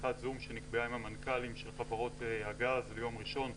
שיחת זום שנקבעה עם המנכ"לים של חברות הגז ליום ראשון,